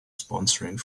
sponsoring